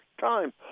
time